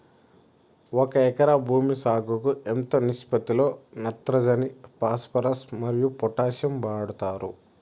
ఒక ఎకరా భూమి సాగుకు ఎంత నిష్పత్తి లో నత్రజని ఫాస్పరస్ మరియు పొటాషియం వాడుతారు